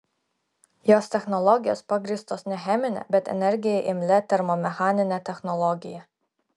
jos technologijos pagrįstos ne chemine bet energijai imlia termomechanine technologija